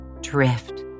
drift